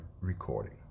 recording